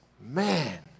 man